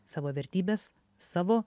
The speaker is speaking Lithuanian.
savo vertybes savo